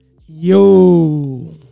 Yo